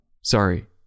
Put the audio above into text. Sorry